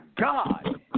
God